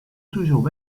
toujours